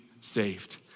saved